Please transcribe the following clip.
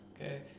okay